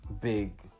big